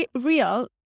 real